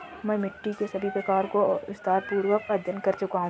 मैं मिट्टी के सभी प्रकारों का विस्तारपूर्वक अध्ययन कर चुका हूं